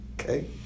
Okay